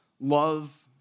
love